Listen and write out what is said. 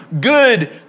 good